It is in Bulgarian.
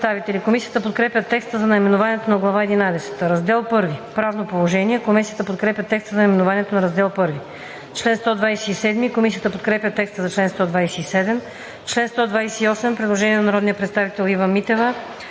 Комисията подкрепя текста за наименованието на Глава единадесета. „Раздел I – Правно положение“. Комисията подкрепя текста за наименованието на Раздел 1. Комисията подкрепя текста за чл. 127. По чл. 128 има предложение на народния представител Ива Митева.